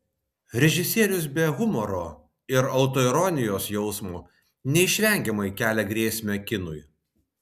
režisierius be humoro ir autoironijos jausmo neišvengiamai kelia grėsmę kinui